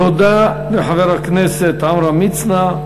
תודה לחבר הכנסת עמרם מצנע.